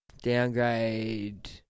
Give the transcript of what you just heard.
Downgrade